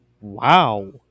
Wow